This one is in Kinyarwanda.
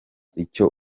icyo